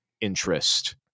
interest